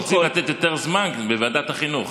רוצים לתת יותר זמן בוועדת החינוך.